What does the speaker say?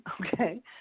okay